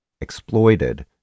exploited